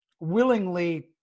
willingly